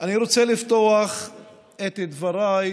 אני רוצה לפתוח את דבריי